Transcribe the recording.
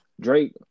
Drake